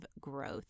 growth